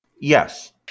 Yes